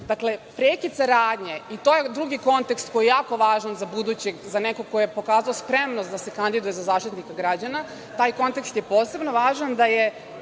žilama. Dakle, prekid saradnje, i to je drugi kontekst koji je jako važan za budućeg, za nekog ko je pokazao spremnost da se kandiduje za Zaštitnika građana, taj kontekst je posebno važan, da je